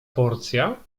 porcja